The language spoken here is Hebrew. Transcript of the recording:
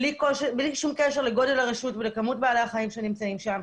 בלי קשר לגודל הרשות ולכמות בעלי החיים שבה.